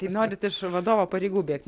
tai norit iš vadovo pareigų bėgt